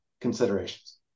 considerations